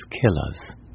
killers